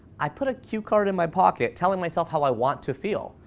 i put a cue card in my pocket telling myself how i want to feel.